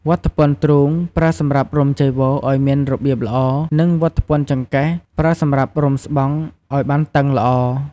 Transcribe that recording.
វត្ថពន្ធទ្រូងប្រើសម្រាប់រុំចីវរឲ្យមានរបៀបល្អ និង វត្ថពន្ធចង្កេះ ប្រើសម្រាប់រុំស្បង់ឲ្យបានតឹងល្អ។